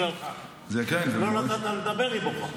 זה בגללך, לא נתת לה לדבר אז היא בוכה.